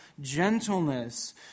gentleness